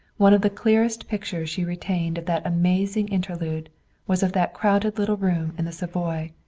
one of the clearest pictures she retained of that amazing interlude was of that crowded little room in the savoy,